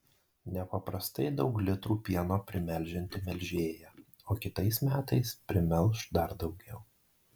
nepaprastai daug litrų pieno primelžianti melžėja o kitais metais primelš dar daugiau